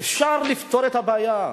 שאפשר לפתור את הבעיה.